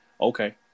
Okay